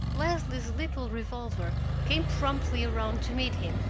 leslie's little revolver came promptly around to meet him,